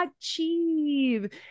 achieve